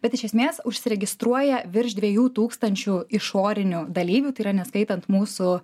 bet iš esmės užsiregistruoja virš dviejų tūkstančių išorinių dalyvių tai yra neskaitant mūsų